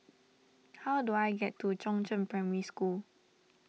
how do I get to Chongzheng Primary School